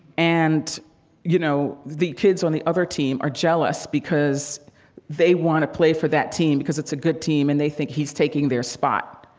and you know, the kids on the other team are jealous because they want to play for that team because it's a good team, and they think he's taking their spot.